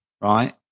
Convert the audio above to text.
right